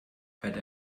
hört